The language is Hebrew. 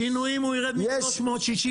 שינויים, הוא ירד מ-360 ל-100 שקל.